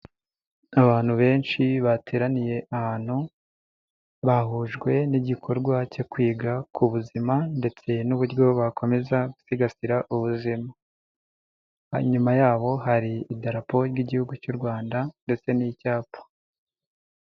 Abantu benshi bateraniye ahantu, bahujwe n'igikorwa cyo kwiga ku buzima, ndetse n'uburyo bakomeza gusigasira ubuzima. Inyuma yabo hari idarapo ry'igihugu cy'u Rwanda ndetse n'icyapa.